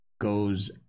goes